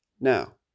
Now